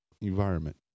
environment